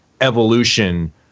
evolution